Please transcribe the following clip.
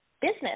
business